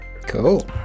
cool